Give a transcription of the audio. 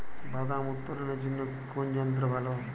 বাদাম উত্তোলনের জন্য কোন যন্ত্র ভালো?